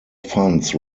funds